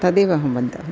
तदेव अहं वदामि